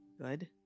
Good